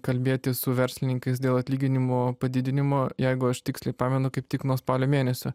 kalbėtis su verslininkais dėl atlyginimo padidinimo jeigu aš tiksliai pamenu kaip tik nuo spalio mėnesio